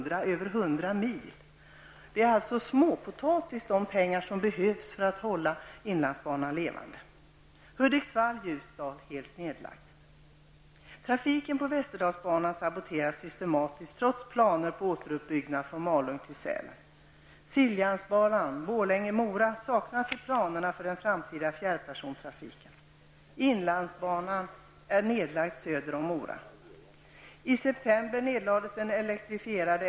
De pengar som behövs för att hålla inlandsbanan levande är småpotatis i jämförelse med detta.